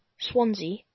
Swansea